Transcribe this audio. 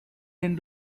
end